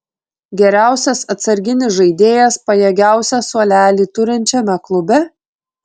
geriausias atsarginis žaidėjas pajėgiausią suolelį turinčiame klube